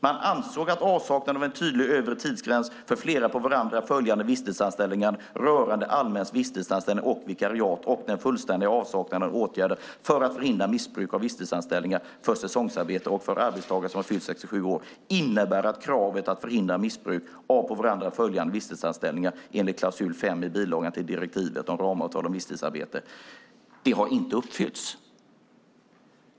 Man ansåg att avsaknad av en tydlig övre tidsgräns för flera på varandra följande visstidsanställningar rörande allmän visstidsanställning och vikariat och den fullständiga avsaknaden av åtgärder för att förhindra missbruk av visstidsanställningar för säsongsarbete och för arbetstagare som har fyllt 67 år innebär att kravet att förhindra missbruk av på varandra följande visstidsanställningar enligt klausul 5 i bilagan till direktivet om ramavtal om visstidsarbete inte har uppfyllts.